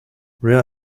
rear